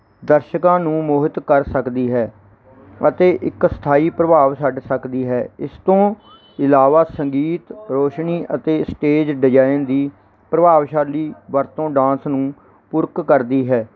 ਦਰਸ਼ਕਾਂ ਨੂੰ ਮੋਹਿਤ ਕਰ ਸਕਦੀ ਹੈ ਅਤੇ ਇੱਕ ਸਥਾਈ ਪ੍ਰਭਾਵ ਛੱਡ ਸਕਦੀ ਹੈ ਇਸ ਤੋਂ ਇਲਾਵਾ ਸੰਗੀਤ ਰੋਸ਼ਨੀ ਅਤੇ ਸਟੇਜ ਡਿਜ਼ਾਇਨ ਦੀ ਪ੍ਰਭਾਵਸ਼ਾਲੀ ਵਰਤੋਂ ਡਾਂਸ ਨੂੰ ਪੂਰਕ ਕਰਦੀ ਹੈ